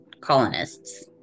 colonists